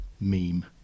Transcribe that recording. meme